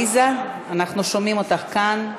עליזה, אנחנו שומעים אותך כאן.